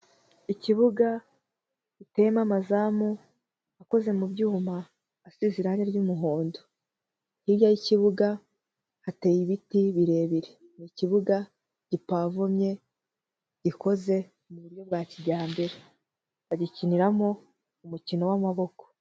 Ikibuga giteyemo amazamu akoze mu byuma, asize irangi ry'umuhondo. Hirya y'ikibuga, hateye ibiti birebire. Ikibuga gipavomye, gikoze mu buryo bwa kijyambere. Bagikiniramo umukino w'amaboko.